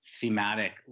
thematic